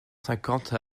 cinquante